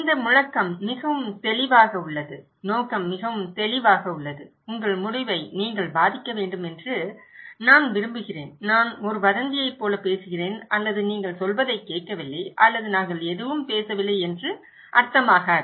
இந்த முழக்கம் மிகவும் தெளிவாக உள்ளது நோக்கம் மிகவும் தெளிவாக உள்ளது உங்கள் முடிவை நீங்கள் பாதிக்க வேண்டும் என்று நான் விரும்புகிறேன் நான் ஒரு வதந்தியைப் போல பேசுகிறேன் அல்லது நீங்கள் சொல்வதைக் கேட்கவில்லை அல்லது நாங்கள் எதுவும் பேசவில்லை என்று அர்த்தமாகாது